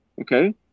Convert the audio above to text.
okay